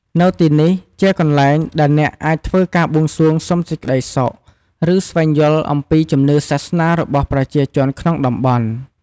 នៅទីនេះជាកន្លែងដែលអ្នកអាចធ្វើការបួងសួងសុំសេចក្តីសុខ ឬស្វែងយល់អំពីជំនឿសាសនារបស់ប្រជាជនក្នុងតំបន់ ។